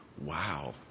Wow